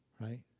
right